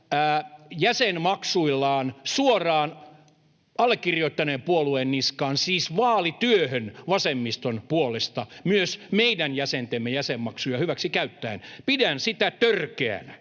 jäsenmaksuillaan suoraan allekirjoittaneen puolueen niskaan, siis vaalityöhön vasemmiston puolesta, myös meidän jäsentemme jäsenmaksuja hyväksi käyttäen. Pidän sitä törkeänä.